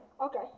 Okay